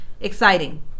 exciting